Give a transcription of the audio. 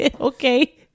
okay